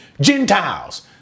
Gentiles